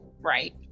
Right